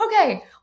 okay